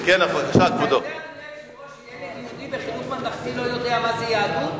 שילד יהודי בחינוך ממלכתי לא יודע מה זה יהדות?